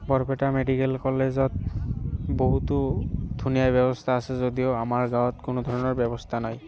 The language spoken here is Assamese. বৰপেটা মেডিকেল কলেজত বহুতো ধুনীয়া ব্যৱস্থা আছে যদিও আমাৰ গাঁৱত কোনো ধৰণৰ ব্যৱস্থা নাই